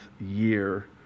year